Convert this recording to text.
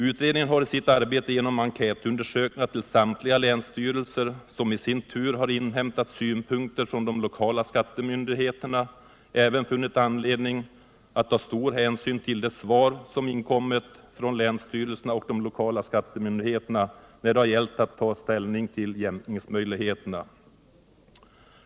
Utredningen har i sitt arbete genom enkätundersökningar till samtliga länsstyrelser, som i sin tur har inhämtat synpunkter från de lokala skattemyndigheterna, funnit anledning att ta stor hänsyn till deras svar även när det gällt att ta ställning till jämkningsmöjligheterna.